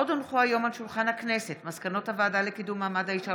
עוד הונחו היום על שולחן הכנסת מסקנות הוועדה לקידום מעמד האישה